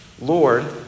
Lord